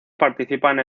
participa